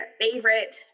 favorite